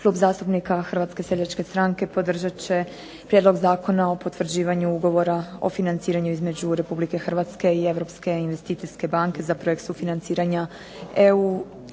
Prelazimo na raspravu o - Konačni prijedlog zakona o potvrđivanju Ugovora o financiranju između Republike Hrvatske i Europske investicijske banke za projekt sufinanciranja EU